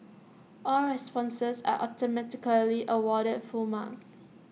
all responses are automatically awarded full marks